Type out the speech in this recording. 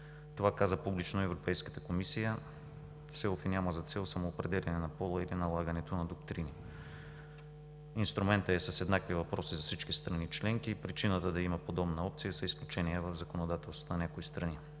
Това каза публично Европейската комисия – SELFIE, няма за цел самоопределяне на пола или налагането на доктрини, инструментът е с еднакви въпроси за всички страни членки и причината да има подобна опция са изключения в законодателствата на някои страни.